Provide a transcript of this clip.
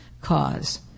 cause